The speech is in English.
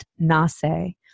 nase